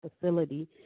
facility